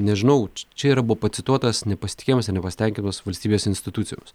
nežinau čia yra bu pacituotas nepasitikėjimas ir nepasitenkinimas valstybės institucijoms